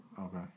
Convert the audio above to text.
Okay